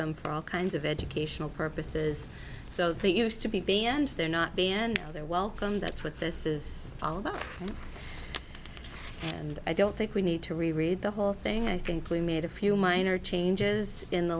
them for all kinds of educational purposes so that used to be and they're not being and they're welcome that's what this is all about and i don't think we need to read the whole thing i think we made a few minor changes in the